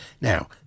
Now